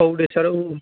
औ दे सार औ औ